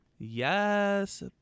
yes